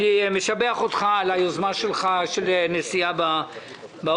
אני משבח אותך על היוזמה של נסיעה באוטובוס.